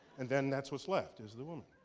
and then that's what's left is the woman.